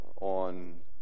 On